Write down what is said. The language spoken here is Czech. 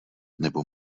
nebo